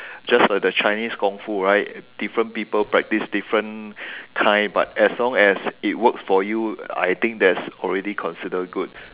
just like the Chinese Kung-Fu right different people practise different kind but as long as it works for you I think that's already considered good